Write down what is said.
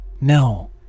No